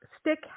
stick